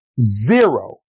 Zero